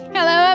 Hello